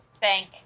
thank